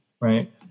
right